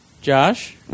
Josh